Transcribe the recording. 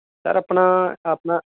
sir ਆਪਣਾ ਆਪਣਾ